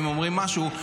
אם אומרים משהו,